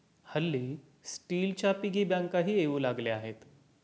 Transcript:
हल्ली स्टीलच्या पिगी बँकाही येऊ लागल्या आहेत